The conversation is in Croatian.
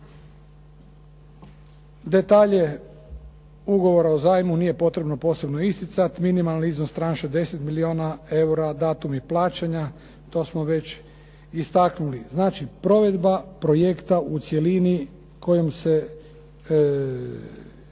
Detalje ugovora o zajmu nije potrebno posebno isticati. Minimalni iznos tranše 10 milijuna eura, datumi plaćanja, to smo već istaknuli. Znači, provedba projekta u cjelini kojom se Plinacro